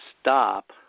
stop